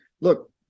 look